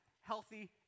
healthy